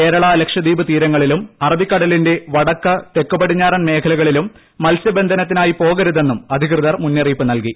കേരള ലക്ഷദ്വീപ് തീരങ്ങളിലും അറബിക്കടലിന്റെ വടക്ക് തെക്ക് പടിഞ്ഞാറൻ മേഖലകളിലും മത്സ്യബന്ധനത്തിനായി പോകരുതെന്നും അധികൃതർ മുന്നറിയിപ്പ് നൽകി